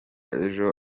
ejo